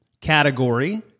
category